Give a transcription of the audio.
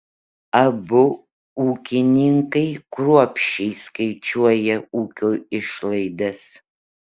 abu ūkininkai kruopščiai skaičiuoja ūkio išlaidas